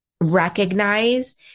recognize